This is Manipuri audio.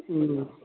ꯎꯝ